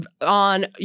on